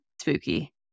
Spooky